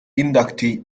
inductee